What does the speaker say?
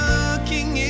looking